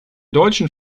deutschen